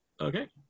Okay